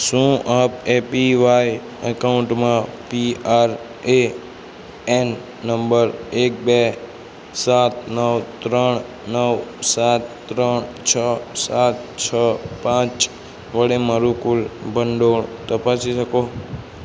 શું આપ A P Y એકાઉન્ટમાં P R A N number એક બે સાત નવ ત્રણ નવ સાત ત્રણ છ સાત છ પાંચ વડે મારું કુલ ભંડોળ તપાસી શકો